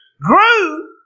grew